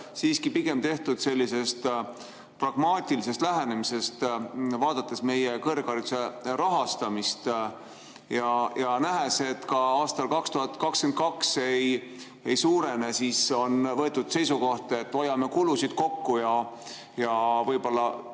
siiski pigem tehtud sellisest pragmaatilisest lähenemisest? Vaadates meie kõrghariduse rahastamist ja nähes, et ka aastal 2022 see ei suurene, on ehk võetud seisukoht, et hoiame kulusid kokku. Võib-olla